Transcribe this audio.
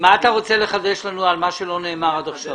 מה אתה רוצה לחדש לנו על מה שלא נאמר עד עכשיו?